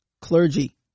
clergy